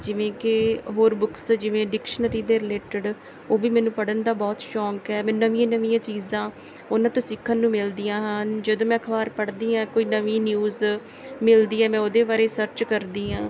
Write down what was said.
ਜਿਵੇਂ ਕਿ ਹੋਰ ਬੁੱਕਸ ਜਿਵੇਂ ਡਿਕਸ਼ਨਰੀ ਦੇ ਰਿਲੇਟਡ ਉਹ ਵੀ ਮੈਨੂੰ ਪੜ੍ਹਨ ਦਾ ਬਹੁਤ ਸ਼ੌਕ ਹੈ ਮੈਂ ਨਵੀਆਂ ਨਵੀਆਂ ਚੀਜ਼ਾਂ ਉਹਨਾਂ ਤੋਂ ਸਿੱਖਣ ਨੂੰ ਮਿਲਦੀਆਂ ਹਨ ਜਦੋਂ ਮੈਂ ਅਖਬਾਰ ਪੜ੍ਹਦੀ ਹਾਂ ਕੋਈ ਨਵੀਂ ਨਿਊਜ਼ ਮਿਲਦੀ ਹੈ ਮੈਂ ਉਹਦੇ ਬਾਰੇ ਸਰਚ ਕਰਦੀ ਹਾਂ